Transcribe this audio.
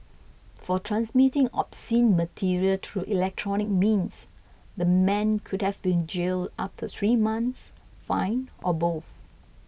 for transmitting obscene material through electronic means the man could have been jailed up to three months fined or both